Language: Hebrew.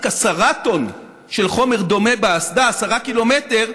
10 טון של חומר דומה באסדה במרחק 10 קילומטר,